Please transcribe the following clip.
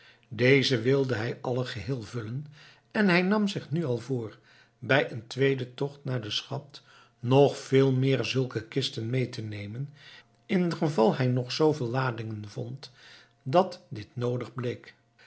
deze wilde hij alle geheel vullen en hij nam zich nu al voor bij een tweeden tocht naar den schat nog veel meer zulke kisten mee te nemen ingeval hij nog zooveel ladingen vond dat dit noodig bleek